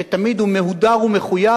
שתמיד הוא מהודר ומחויט,